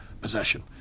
possession